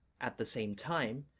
at the same time,